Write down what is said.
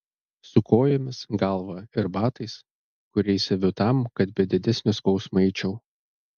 su kojomis galva ir batais kuriais aviu tam kad be didesnio skausmo eičiau